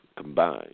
combined